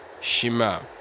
Shima